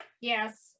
Yes